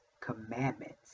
commandments